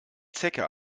zecke